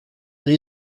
and